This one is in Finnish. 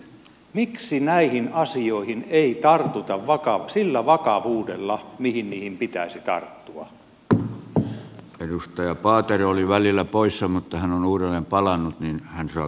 miksi näihin asioihin ei tartuta sillä vakavuudella millä niihin pitäisi tarttua edustaja walter oli välillä poissa mutta hän on uudelleen palannut niin hän saa